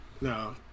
No